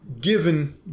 Given